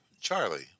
Charlie